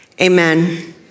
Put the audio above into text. amen